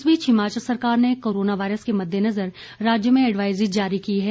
इस बीच हिमाचल सरकार ने कोरोना वायरस के मद्देनजर राज्य में एडवाइजरी जारी की है